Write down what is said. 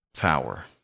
power